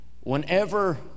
Whenever